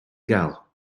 gael